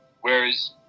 whereas